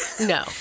no